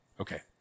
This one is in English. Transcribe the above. Okay